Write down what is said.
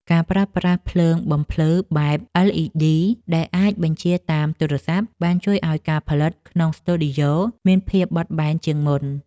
ការប្រើប្រាស់ភ្លើងបំភ្លឺបែប អិលអ៊ីឌី ដែលអាចបញ្ជាតាមទូរស័ព្ទ បានជួយឱ្យការផលិតក្នុងស្ទូឌីយ៉ូមានភាពបត់បែនជាងមុន។